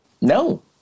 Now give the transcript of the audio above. No